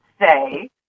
say